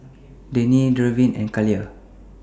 Denny Darwyn and Kaila